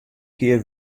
kear